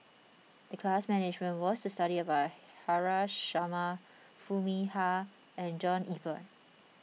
the class management was to study about Haresh Sharma Foo Mee Har and John Eber